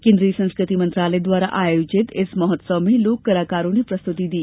केन्द्रीय संस्कृति मंत्रालय द्वारा आयोजित इस महोत्सव में लोक कलाकारों ने प्रस्तुति दी